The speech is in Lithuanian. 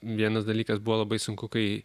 vienas dalykas buvo labai sunku kai